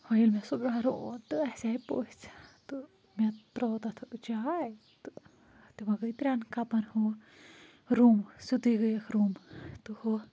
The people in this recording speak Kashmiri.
وۅنۍ ییٚلہِ مےٚ سُہ گَرٕ اوٚن تہٕ اَسہِ آیہِ پٔژھۍ تہٕ مےٚ ترٛٲو تَتھ چاے تہٕ تِمو گٔے ترٛٮ۪ن کَپَن ہُو رُم سیٚودُے گٔیَکھ رُم تہٕ ہُو